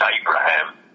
Abraham